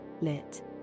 lit